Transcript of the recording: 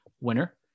Winner